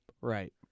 Right